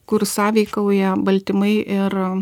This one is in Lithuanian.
kur sąveikauja baltymai ir